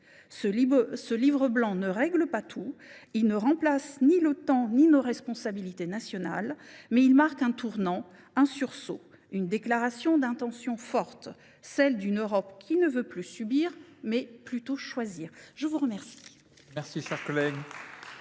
Ce livre blanc ne règle pas tout – il ne remplace ni l’Otan ni nos responsabilités nationales –, mais il marque un tournant, un sursaut, une déclaration d’intention forte, celle d’une Europe qui veut non plus subir, mais choisir. La parole